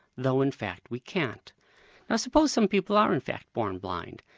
though in fact we can't. now suppose some people are in fact born blind,